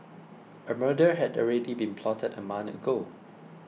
a murder had already been plotted a month ago